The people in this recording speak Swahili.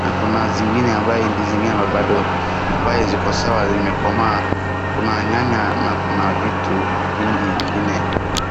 na kuna zingine ni ambaye ndizi nyama bado ambaye ziko sawa zimekomaa. Kuna nyanya na kuna vitu vingi ingine.